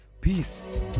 Peace